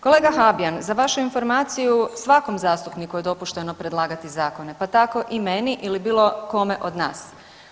Kolega Habijan za vašu informaciju svakom zastupniku je dopušteno predlagati zakone pa tako i meni ili bilo kome od nas.